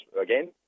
again